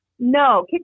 No